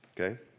Okay